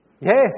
Yes